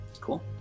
Cool